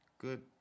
good